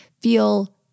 feel